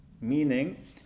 meaning